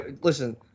Listen